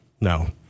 no